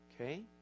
Okay